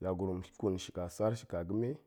yagurum ƙun shika sar shika ga̱me